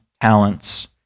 talents